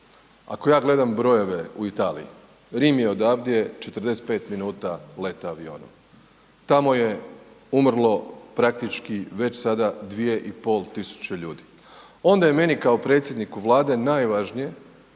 Ako ja gledam brojeve u Italiji, Rim je odavde 45 minuta leta avionom, tamo je umrlo praktički već sada 2.500 ljudi, onda je meni kao predsjedniku Vlade najvažnije